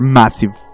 massive